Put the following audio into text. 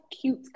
cute